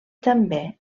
també